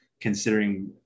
considering